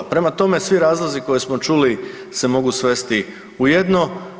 Prema tome, svi razlozi koje smo čuli se mogu svesti u jedno.